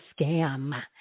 scam